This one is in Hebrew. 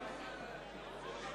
בלוח התיקונים המונח בפניכם,